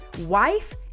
wife